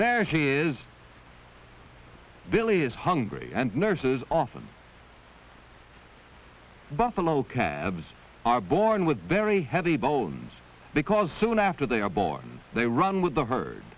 there she is billy is hungry and nurses often buffalo cabs are born with very heavy bones because soon after they are born they run with the herd